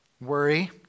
worry